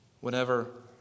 Whenever